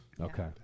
Okay